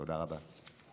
תודה רבה.